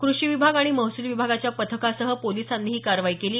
कृषी विभाग आणि महसूल विभागाच्या पथकासह पोलिसांनी ही कारवाई केली